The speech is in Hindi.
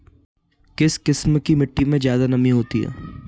किस किस्म की मिटटी में ज़्यादा नमी होती है?